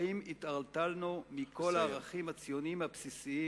האם התערטלנו מכל הערכים הציוניים הבסיסיים